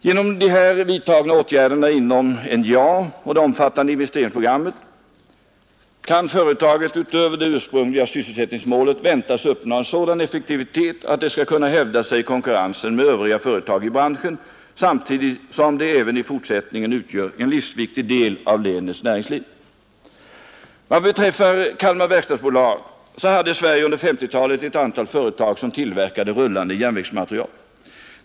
Genom de här vidtagna åtgärderna inom NJA och det omfattande investeringsprogrammet kan företaget utöver det ursprungliga sysselsättningsmålet väntas uppnå en sådan effektivitet att det skall kunna hävda sig i konkurrensen med övriga företag i branschen samtidigt som det även i fortsättningen utgör en livsviktig del av länets näringsliv. Vad beträffar Kalmar verkstad AB hade Sverige under 1950-talet ett antal företag som tillverkade rullande järnvägsmateriel.